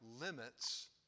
limits